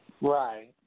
Right